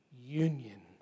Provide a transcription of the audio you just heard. union